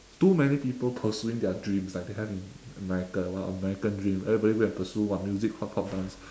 too many people pursuing their dreams like they have in america !wah! american dream everybody go and pursue what music hiphop dance